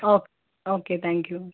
oh okay thank you